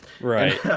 Right